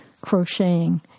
crocheting